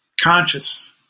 conscious